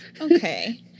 Okay